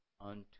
unto